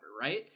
right